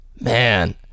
man